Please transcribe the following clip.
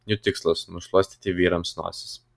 jų tikslas nušluostyti vyrams nosis